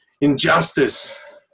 Injustice